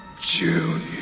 Junior